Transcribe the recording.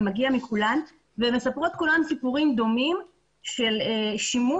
זה מגיע מכולן וכולן מספרות סיפורים דומים של שימוש